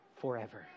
forever